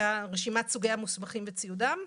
ורשימת סוגי המוסמכים וציודם.